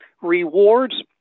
rewards